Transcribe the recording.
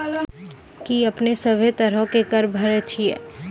कि अपने सभ्भे तरहो के कर भरे छिये?